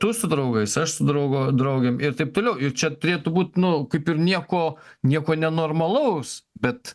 tu su draugais aš su draugo draugėm ir taip toliau ir čia turėtų būt nu kaip ir nieko nieko nenormalaus bet